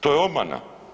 To je obmana.